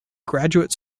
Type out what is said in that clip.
graduate